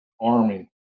Army